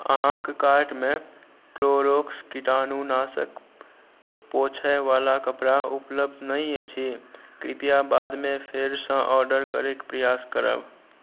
अहाँके कार्टमे क्लोरोक्स किटाणुनाशक पोछैवला कपड़ा उपलब्ध नहि अछि कृपया बादमे फेरसँ ऑडर करैके प्रयास करब